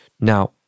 Now